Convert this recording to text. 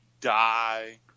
die